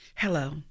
Hello